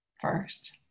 First